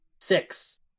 Six